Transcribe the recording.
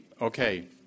Okay